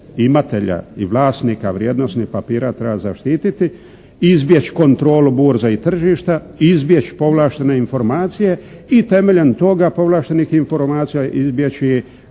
imatelja i vlasnika vrijednosnih papira treba zaštiti, izbjeći kontrolu burze i tržišta, izbjeći povlaštene informacije i temeljem toga povlaštenih informacija izbjeći